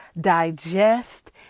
digest